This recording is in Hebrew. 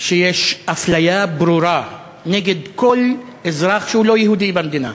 שיש אפליה ברורה נגד כל אזרח שהוא לא יהודי במדינה.